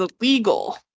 illegal